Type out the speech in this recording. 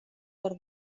per